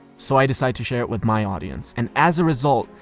so i decide to share it with my audience. and as a result,